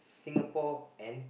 Singapore and